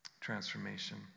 transformation